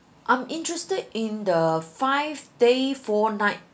I'm interested in the five day four night